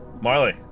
Marley